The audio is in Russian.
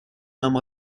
нам